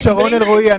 אבל ד"ר שרון אלרעי,